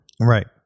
right